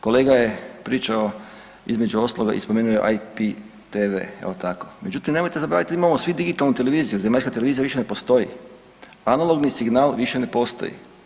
Kolega je pričao i između ostalog je spomenuo IPTV jel tako, međutim nemojte zaboraviti da imamo svi digitalnu televiziju, zemaljska televizija više ne postoji, analogni signal više ne postoji.